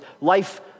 life